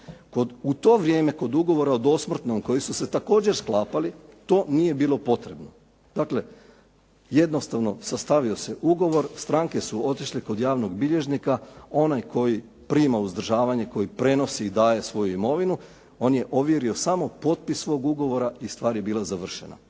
U to vrijeme, kod ugovora o dosmrtnom koji su se također sklapali, to nije bilo potrebno. Dakle, jednostavno sastavio se ugovor, stranke su otišle kod javnog bilježnika. Onaj koji prima uzdržavanje, koji prenosi i daje svoju imovinu, on je ovjerio samo potpis svog ugovora i stvar je bila završena.